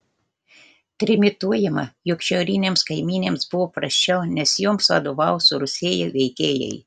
trimituojama jog šiaurinėms kaimynėms buvo prasčiau nes joms vadovavo surusėję veikėjai